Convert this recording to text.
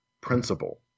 principle